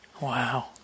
Wow